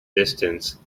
distance